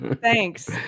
Thanks